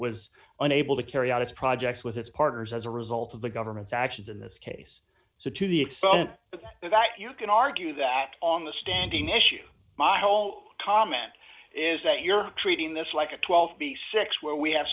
was unable to carry out its projects with its partners as a result of the government's actions in this case so to the effect that you can argue that on the standing issue my whole comment is that you're treating this like a twelve b six where we have